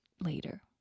later